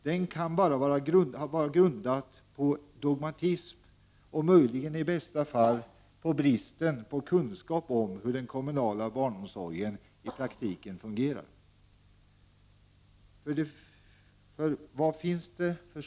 Det kan bara vara grundat på dogmatism och möjligen i bästa fall på brist på kunskap om hur den kommunala barnomsorgen i praktiken fungerar.